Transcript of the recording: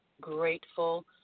grateful